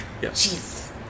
Yes